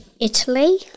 Italy